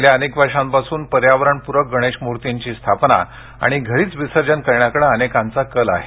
गेल्या अनेक वर्षांपासून पर्यावरणप्रक गणेशमूर्तीची स्थापना आणि घरीच विसर्जन करण्याकडे अनेकांचा कल आहे